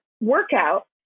workout